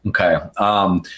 Okay